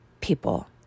people